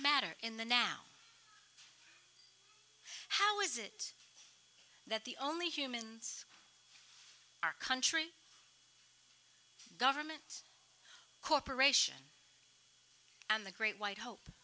matter in the now how is it that the only humans are country government corporation and the great white hope